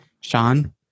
sean